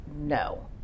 No